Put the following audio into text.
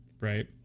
right